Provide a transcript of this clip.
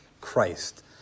Christ